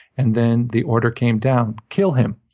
and then the order came down. kill him.